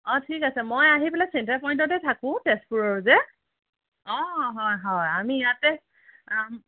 অ' ঠিক আছে মই আহি পেলাই চেণ্টাৰ পইণ্টতে থাকোঁ তেজপুৰৰ যে অ' হয় হয় আমি ইয়াতে কাম